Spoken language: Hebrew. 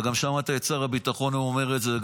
אתה גם שמעת את שר הביטחון אומר את זה,